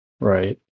Right